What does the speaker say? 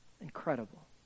Incredible